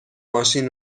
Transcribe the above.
ماشین